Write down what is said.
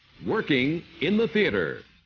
working in the theatre